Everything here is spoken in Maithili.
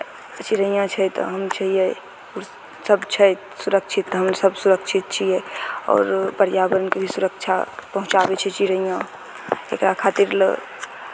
चिड़ैयाँ छै तऽ हमहूँ छियै सभ छै सुरक्षित हमसभ सुरक्षित छियै आओर पर्यावरणके भी सुरक्षा पहुँचाबै छै चिड़ैयाँ एकरा खातिर लए